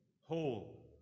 whole